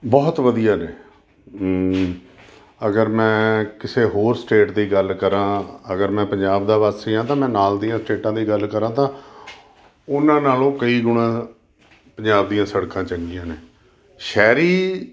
ਬਹੁਤ ਵਧੀਆ ਨੇ ਅਗਰ ਮੈਂ ਕਿਸੇ ਹੋਰ ਸਟੇਟ ਦੀ ਗੱਲ ਕਰਾਂ ਅਗਰ ਮੈਂ ਪੰਜਾਬ ਦਾ ਵਾਸੀ ਹਾਂ ਤਾਂ ਮੈਂ ਨਾਲ ਦੀਆਂ ਸਟੇਟਾਂ ਦੀ ਗੱਲ ਕਰਾਂ ਤਾਂ ਉਹਨਾਂ ਨਾਲੋਂ ਕਈ ਗੁਣਾ ਪੰਜਾਬ ਦੀਆਂ ਸੜਕਾਂ ਚੰਗੀਆਂ ਨੇ ਸ਼ਹਿਰੀ